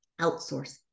Outsource